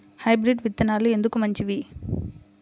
Hybrid విత్తనాలు ఎందుకు మంచివి?